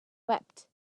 wept